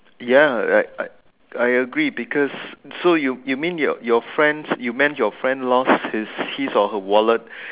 ya I I I agree because so you you you mean your your your friends your friend lost his his or her wallet